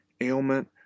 ailment